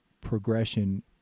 progression